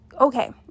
okay